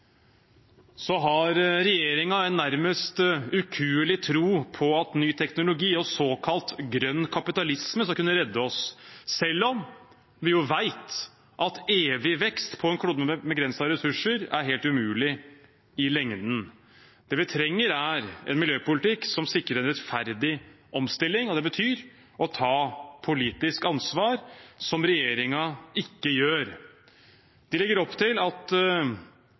Så har regjeringen en nærmest ukuelig tro på at ny teknologi og såkalt grønn kapitalisme skal kunne redde oss, selv om vi vet at evig vekst på en klode med begrensete ressurser er helt umulig i lengden. Det vi trenger, er en miljøpolitikk som sikrer rettferdig omstilling, og det betyr å ta politisk ansvar, som regjeringen ikke gjør. De legger opp til at